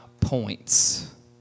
points